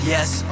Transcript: Yes